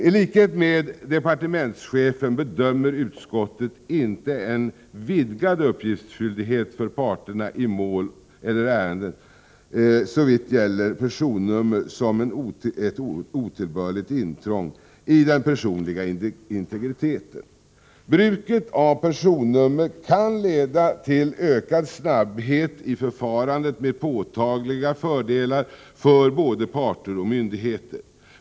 I likhet med departementschefen bedömer utskottet inte att en vidgad uppgiftsskyldighet för parterna i mål eller ärenden såvitt gäller personnummer är ett otillbörligt intrång i den personliga integriteten. Bruket av personnummer kan leda till ökad snabbhet i förfarandet, med påtagliga fördelar för både parter och myndigheter.